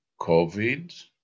COVID